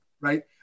right